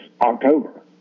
October